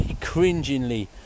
cringingly